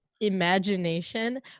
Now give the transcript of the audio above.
imagination